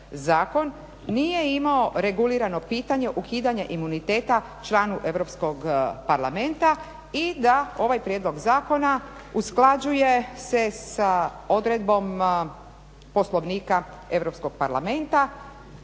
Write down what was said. nije imao regulirano pitanje ukidanja imuniteta članu Europskog parlamenta i da ovaj prijedlog zakona usklađuje se sa odredbom Poslovnika Europskog parlamenta.